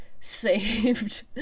saved